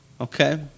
Okay